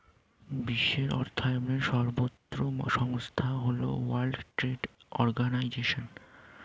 বিশ্বের অর্থায়নের সর্বোত্তম সংস্থা হল ওয়ার্ল্ড ট্রেড অর্গানাইজশন